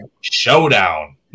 Showdown